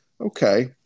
Okay